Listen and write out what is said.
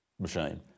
machine